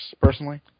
personally